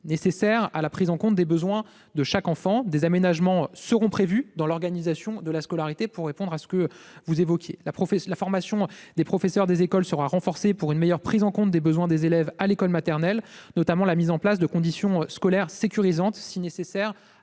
nécessaire à la prise en compte des besoins de chaque enfant. Des aménagements seront prévus dans l'organisation de la scolarité, pour répondre à votre préoccupation. La formation des professeurs des écoles sera renforcée pour une meilleure prise en compte des besoins des élèves à l'école maternelle, notamment avec la mise en place de conditions scolaires sécurisantes, si nécessaires